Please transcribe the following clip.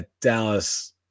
Dallas